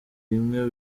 rimwe